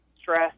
stress